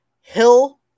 Hill